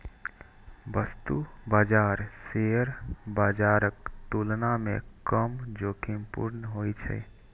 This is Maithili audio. वस्तु बाजार शेयर बाजारक तुलना मे कम जोखिमपूर्ण होइ छै